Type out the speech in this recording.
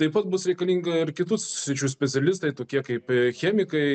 taip pat bus reikalinga ir kitų sričių specialistai tokie kaip chemikai